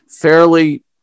fairly